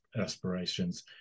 aspirations